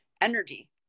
energy